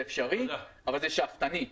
זה אפשרי, אבל זה שאפתני.